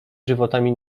żywotami